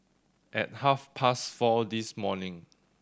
at half past four this morning